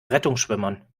rettungsschwimmern